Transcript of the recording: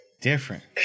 different